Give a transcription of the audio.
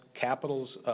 capital's